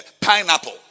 pineapple